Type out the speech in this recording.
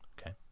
Okay